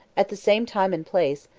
at the same time and place,